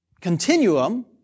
continuum